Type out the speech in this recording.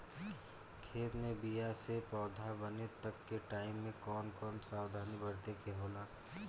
खेत मे बीया से पौधा बने तक के टाइम मे कौन कौन सावधानी बरते के होला?